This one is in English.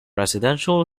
residential